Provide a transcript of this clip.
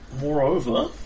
moreover